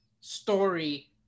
story